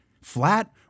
flat